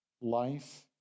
Life